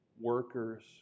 workers